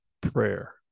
prayer